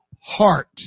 heart